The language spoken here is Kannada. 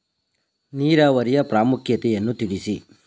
ನೀರಾವರಿಯ ಪ್ರಾಮುಖ್ಯತೆ ಯನ್ನು ತಿಳಿಸಿ?